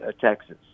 Texas